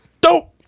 dope